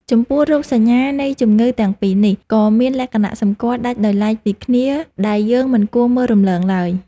ចំពោះរោគសញ្ញានៃជំងឺទាំងពីរនេះ ក៏មានលក្ខណៈសម្គាល់ដាច់ដោយឡែកពីគ្នាដែលយើងមិនគួរមើលរំលងឡើយ។